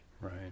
Right